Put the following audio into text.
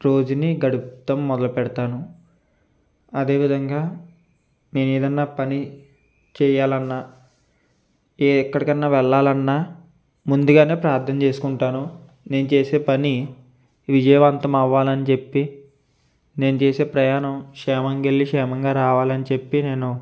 రోజుని గడపడం మొదలు పెడతాను అదే విధంగా నేను ఏదన్నా పని చేయాలన్న ఎ ఎక్కడికన్నా వెళ్ళాలన్న ముందుగానే ప్రార్థన చేసుకుంటాను నేను చేసే పని విజయవంతం అవ్వాలని చెప్పి నేను చేసే ప్రయాణం క్షేమంగా వెళ్ళి క్షేమంగా రావాలని చెప్పి నేను